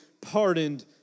pardoned